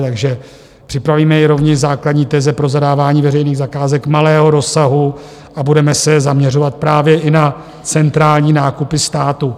Takže připravíme rovněž základní teze pro zadávání veřejných zakázek malého rozsahu a budeme se zaměřovat právě i na centrální nákupy státu.